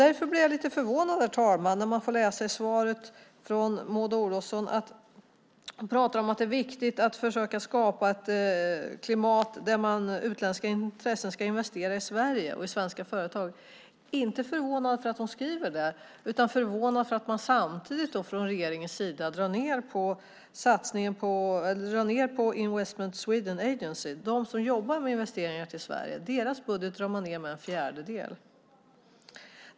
Därför blir jag lite förvånad när jag läser i svaret från Maud Olofsson att det är viktigt att försöka skapa ett klimat där utländska intressen ska investera i Sverige och i svenska företag. Jag är inte förvånad för att hon skriver det utan för att regeringen samtidigt drar ned på Investment in Sweden Agency som jobbar med investeringar i Sverige. Deras budget drar man ned med en fjärdedel.